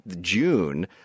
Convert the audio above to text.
June